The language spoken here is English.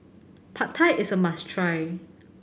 Pad Thai is a must try